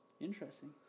Interesting